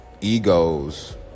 egos